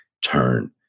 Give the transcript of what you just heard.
turn